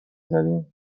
زدین